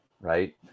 right